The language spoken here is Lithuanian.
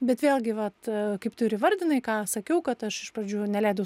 bet vėlgi vat kaip tu ir įvardinai ką sakiau kad aš iš pradžių neleidau